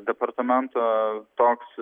departamento toks